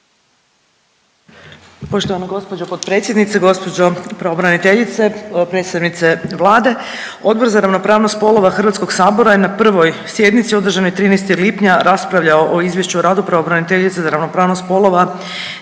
Poštovana gospođo potpredsjednice, gospođo pravobraniteljice, predstavnice Vlade. Odbor za ravnopravnost spolova Hrvatskog sabora je na 1. sjednici održanoj 13. lipnja raspravljao o Izvješću o radu pravobraniteljice za ravnopravnost spolova za 2022.